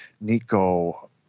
Nico